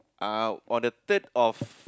ah on the third of